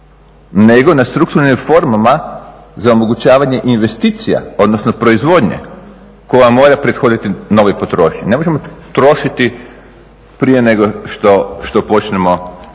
nego na strukturnim reformama za omogućavanje investicija, odnosno proizvodnje koja mora prethoditi novoj potrošnji. Ne možemo trošiti prije nego što počnemo